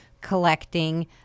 collecting